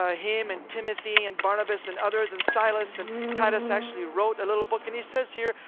ah him and timothy and barnabas and others, and silas. and titus actually wrote a little book, and he says here,